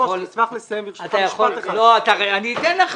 לדבר